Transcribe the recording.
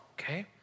okay